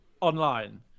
online